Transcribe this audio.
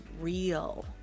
real